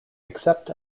except